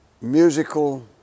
Musical